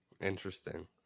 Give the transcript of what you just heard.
interesting